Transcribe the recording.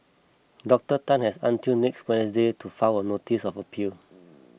Doctor Tan has until next Wednesday to file a notice of appeal